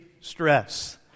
stress